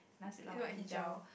never mind he jiao